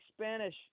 Spanish